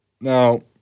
Now